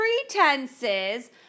pretenses